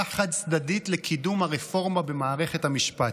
חד-צדדית לקידום הרפורמה במערכת המשפט".